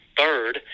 third